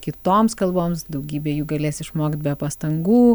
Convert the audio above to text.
kitoms kalboms daugybė jų galės išmokt be pastangų